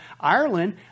Ireland